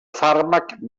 fàrmac